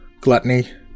gluttony